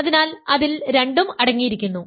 അതിനാൽ അതിൽ രണ്ടും അടങ്ങിയിരിക്കുന്നു